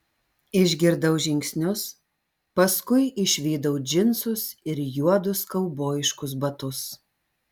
išgirdau žingsnius paskui išvydau džinsus ir juodus kaubojiškus batus